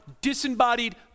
disembodied